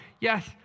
Yes